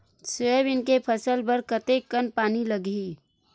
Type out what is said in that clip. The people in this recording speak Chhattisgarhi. सोयाबीन के फसल बर कतेक कन पानी लगही?